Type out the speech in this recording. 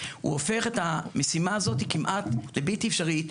הוא הופך את המשימה הזאת כמעט לבלתי אפשרית,